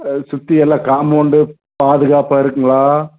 அதை சுற்றி எல்லாம் காம்மௌண்ட்டு பாதுகாப்பாக இருக்குதுங்களா